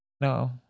No